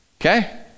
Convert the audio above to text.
okay